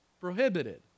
prohibited